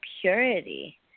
purity